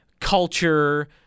culture